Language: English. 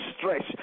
stretch